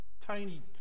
Tiny